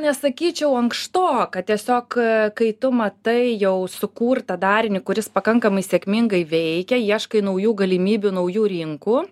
nesakyčiau ankštoka tiesiog kai tu matai jau sukurtą darinį kuris pakankamai sėkmingai veikia ieškai naujų galimybių naujų rinkų